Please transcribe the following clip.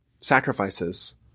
sacrifices